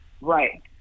right